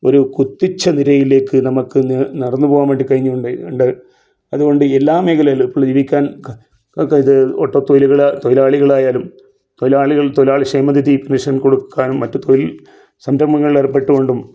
ഒരു കുതിച്ച നിരയിലേക്ക് നമുക്ക് ഇന്ന് നടന്നു പോവാൻ വേണ്ടി കഴിഞ്ഞുണ്ട് ഉണ്ട് അതുകൊണ്ട് എല്ലാ മേഘലയിലും ഇത് ഓട്ടത്തൊഴികള് തൊഴിലാളികളായാലും തൊഴിലാളികൾ തൊഴിലാളി ക്ഷേമനിധി പെൻഷൻ കൊടുക്കാനും മറ്റും തൊഴിൽ സംരംഭങ്ങൾ ഏർപ്പെട്ടുകൊണ്ടും